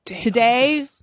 Today